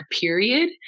period